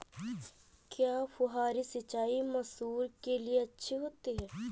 क्या फुहारी सिंचाई मसूर के लिए अच्छी होती है?